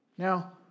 Now